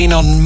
on